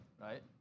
right